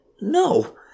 No